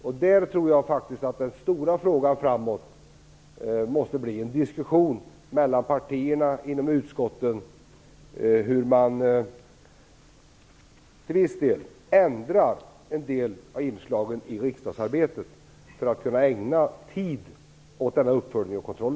Den stora frågan i framtiden måste bli att få till stånd en diskussion mellan partierna och inom utskotten om hur man till viss del ändrar en del av inslagen i riksdagsarbetet för att kunna ägna tid åt denna uppföljning och kontroll.